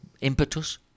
impetus